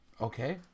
Okay